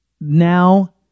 now